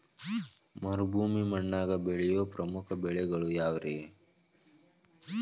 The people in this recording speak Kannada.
ಮರುಭೂಮಿ ಮಣ್ಣಾಗ ಬೆಳೆಯೋ ಪ್ರಮುಖ ಬೆಳೆಗಳು ಯಾವ್ರೇ?